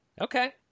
Okay